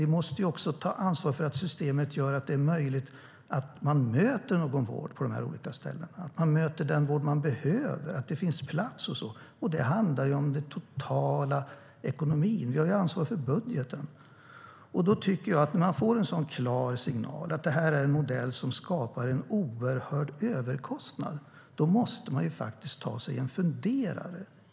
Vi måste också ta ansvar för att systemet gör det möjligt att möta den vård man behöver på de här olika ställena, ta ansvar för att det finns plats och så vidare. Det handlar om den totala ekonomin. Vi har ansvar för budgeten. När man får en så klar signal om att det här är en modell som skapar en oerhörd överkostnad måste man ta sig en funderare.